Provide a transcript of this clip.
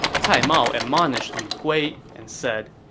cai mao admonished li gui and said,